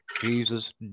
Jesus